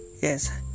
yes